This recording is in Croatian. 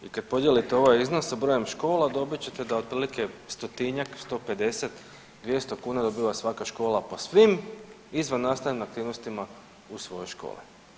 I kada podijelite ovaj iznos sa brojem škola dobit ćete da otprilike 100-tinjak, 150, 200 kuna dobiva svaka škola po svim izvannastavnim aktivnostima u svojoj školi.